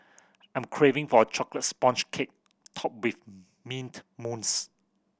I'm craving for a chocolate sponge cake topped with mint mousse